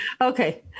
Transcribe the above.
Okay